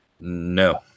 No